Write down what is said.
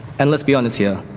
and let's be honest here,